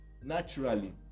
naturally